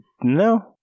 No